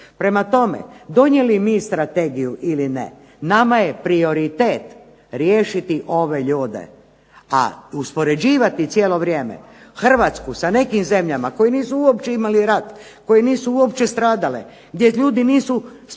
Prema tome, donijeli mi strategiju ili ne nama je prioritet riješiti ove ljude. A uspoređivati cijelo vrijeme Hrvatsku sa nekim zemljama koji nisu uopće imali rat, koji nisu uopće stradale, gdje ljudi nisu stanovali